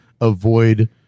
avoid